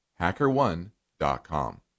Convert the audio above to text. HackerOne.com